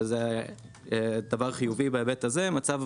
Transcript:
וזה דבר חיובי בהיבט הזה,